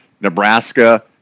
Nebraska